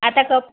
आता कप